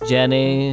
Jenny